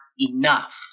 enough